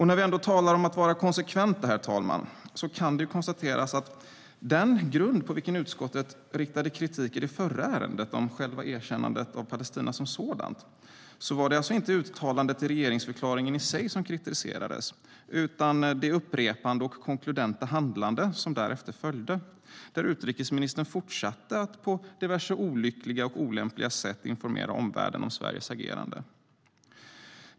När vi ändå talar om att vara konsekventa, herr talman, kan det konstateras att när det gäller den kritik som riktades i det förra ärendet om själva erkännandet av Palestina som sådant var det inte uttalandet i regeringsförklaringen i sig som kritiserades, utan det upprepande och konkludenta handlande som därefter följde, där utrikesministern fortsatte att på diverse olyckliga och olämpliga sätt informera omvärlden om Sveriges agerande.